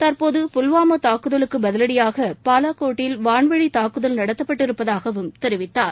தற்போது புல்வாமா தங்குதலுக்கு பதிவடியாக பாவாக்கோட்டில் வான்வழித் தாக்குதல் நடத்தப்பட்டு இருப்பதாகவும் தெரிவித்தார்